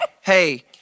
hey